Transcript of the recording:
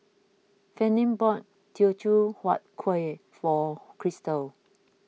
Fannye bought Teochew Huat Kueh for Christal